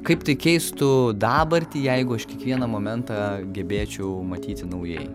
kaip tai keistų dabartį jeigu aš kiekvieną momentą gebėčiau matyti naujai